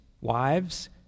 wives